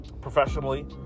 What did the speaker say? professionally